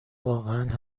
واقعا